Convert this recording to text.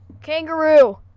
Kangaroo